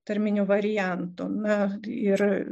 tarminiu variantu na ir